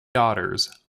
daughters